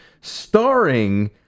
starring